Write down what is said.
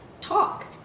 Talk